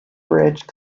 bridge